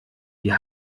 wir